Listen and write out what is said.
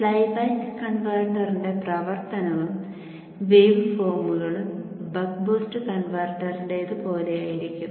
flyback കൺവെർട്ടറിന്റെ പ്രവർത്തനവും wave ഫോമുകളും ബക്ക് ബൂസ്റ്റ് കൺവെർട്ടറിന്റേത് പോലെയായിരിക്കും